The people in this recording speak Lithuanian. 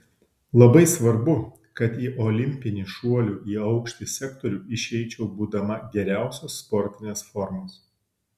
labai svarbu kad į olimpinį šuolių į aukštį sektorių išeičiau būdama geriausios sportinės formos